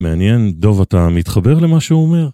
מעניין, דוב אתה מתחבר למה שהוא אומר?